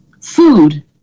Food